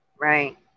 Right